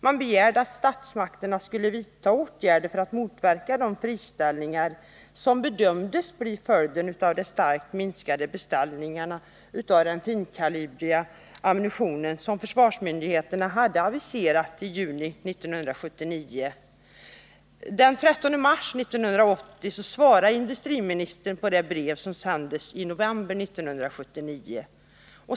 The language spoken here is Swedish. Man begärde att statsmakterna skulle vidta åtgärder för att motverka de friställningar som bedömdes bli följden av de starkt minskade beställningar av finkalibrig ammunition som försvarsmyndigheterna hade aviserat i juni 1979. Den 13 mars 1980 svarade industriministern på det brev som sändes i november 1979.